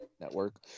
Network